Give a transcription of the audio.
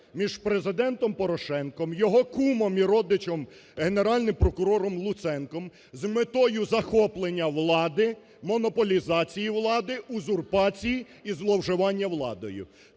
між Президентом Порошенком, його кумом і родичем Генеральним прокурором Луценком з метою захоплення влади, монополізації влади, узурпації і зловживання владою.